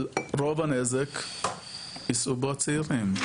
אבל רוב הנזק יישאו בו הצעירים.